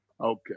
Okay